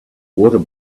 water